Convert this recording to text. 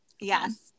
Yes